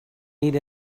need